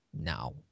Now